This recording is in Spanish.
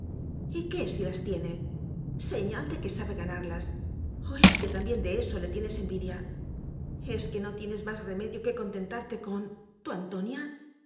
irguiéndose y qué si las tiene señal de que sabe ga narlas o es que también de eso le tienes en vidia es que no tienes más remedio que contentarte con tu antonia